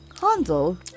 Hansel